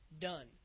done